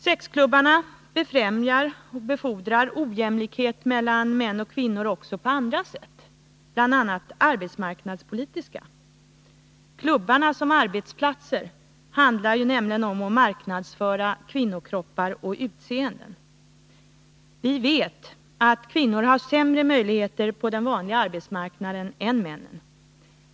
Sexklubbarna befordrar ojämlikhet mellan män och kvinnor också på andra sätt, bl.a. arbetsmarknadspolitiska. Klubbarna som arbetsplatser handlar om att marknadsföra kvinnokroppar och utseenden. Vi vet att kvinnor har sämre möjligheter på den vanliga arbetsmarknaden än männen.